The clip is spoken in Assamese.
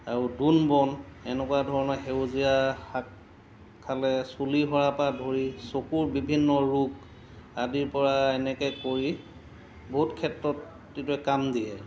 আৰু দোনবন এনেকুৱা ধৰণৰ সেউজীয়া শাক খালে চুলি সৰা পৰা ধৰি চকুৰ বিভিন্ন ৰোগ আদিৰ পৰা এনেকৈ কৰি বহুত ক্ষেত্ৰত এইটোৱে কাম দিয়ে